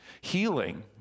Healing